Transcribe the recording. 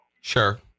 Sure